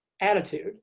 attitude